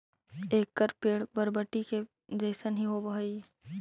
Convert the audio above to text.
एकर पेड़ बरबटी के जईसन हीं होब हई